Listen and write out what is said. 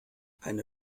eine